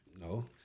no